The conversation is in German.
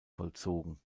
vollzogen